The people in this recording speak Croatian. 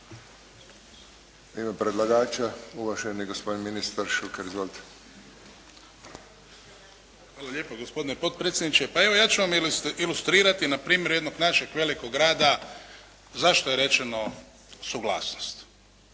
ime predlagača uvaženi gospodin ministar Šuker. Izvolite. **Šuker, Ivan (HDZ)** Hvala lijepa gospodine potpredsjedniče, pa evo ja ću vam ilustrirati na primjeru jednog našeg velikog rada zašto je rečeno suglasnost.